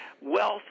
wealth